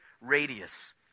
radius